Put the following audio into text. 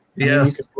Yes